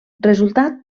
resultat